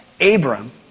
Abram